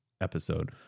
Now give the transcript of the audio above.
episode